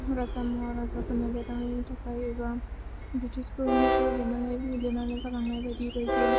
राजा महाराजाफोरनि लिरनानै थाखाय एबा ब्रिटिशफोरनिफोर लिरनानै गालांनाय बायदि बायदि